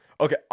okay